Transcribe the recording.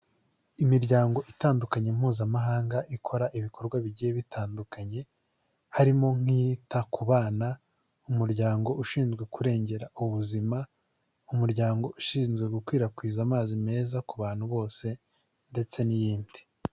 Imiryango itandukanye mpuzamahanga, ikora ibikorwa bigiye bitandukanye, harimo nk'iyita ku bana, umuryango ushinzwe kurengera ubuzima, umuryango ushinzwe gukwirakwiza amazi meza ku bantu bose ndetse n'iyindi.